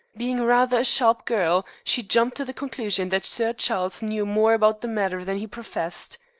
being rather a sharp girl, she jumped to the conclusion that sir charles knew more about the matter than he professed.